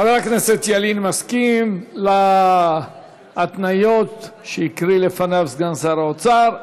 חבר הכנסת ילין מסכים להתניות שהקריא לפניו סגן שר האוצר.